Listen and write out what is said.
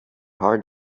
heart